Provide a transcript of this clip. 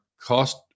cost